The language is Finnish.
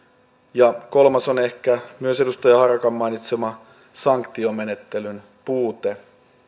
ja kolmas on ehkä myös edustaja harakan mainitsema sanktiomenettelyn puute